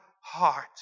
heart